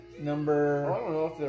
Number